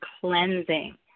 cleansing